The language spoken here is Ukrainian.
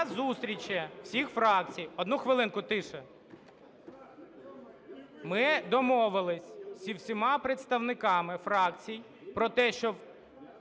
зустрічі всіх фракцій... Одну хвилинку, тиша. Ми домовились зі всіма представниками фракцій про те, що...